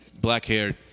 black-haired